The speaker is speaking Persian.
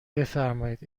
بفرمایید